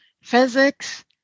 physics